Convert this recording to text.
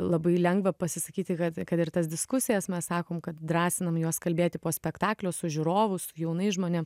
labai lengva pasisakyti kad kad ir tas diskusijas mes sakom kad drąsinam juos kalbėti po spektaklio su žiūrovu su jaunais žmonėm